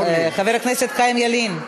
חבר הכנסת חיים ילין,